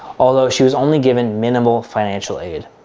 although she was only given minimal financial aid.